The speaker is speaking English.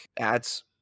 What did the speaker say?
ads